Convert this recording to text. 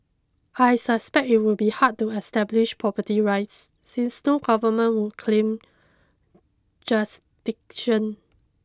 I suspect it would be hard to establish property rights since no government would claim jurisdiction